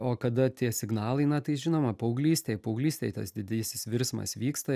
o kada tie signalai na tai žinoma paauglystėj paauglystėj tas didysis virsmas vyksta